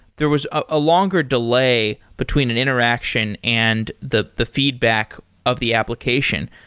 there was a longer delay between an interaction and the the feedback of the application.